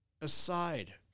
aside